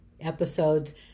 episodes